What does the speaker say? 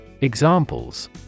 Examples